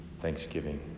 Thanksgiving